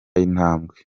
intambwe